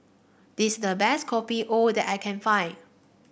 this the best Kopi O that I can find